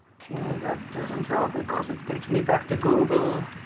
that doesn't help because it takes me back to google